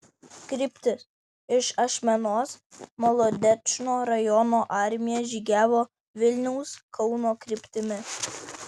kryptis iš ašmenos molodečno rajono armija žygiavo vilniaus kauno kryptimi